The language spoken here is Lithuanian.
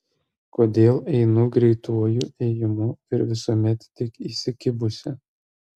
kodėl einu greituoju ėjimu ir visuomet tik įsikibusi